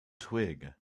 twig